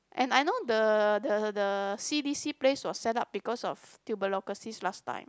and I know the the the C_D_C place was set up because of tuberculosis last time